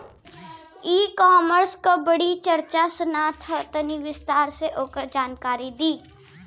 ई कॉमर्स क बड़ी चर्चा सुनात ह तनि विस्तार से ओकर जानकारी दी?